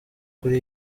kuri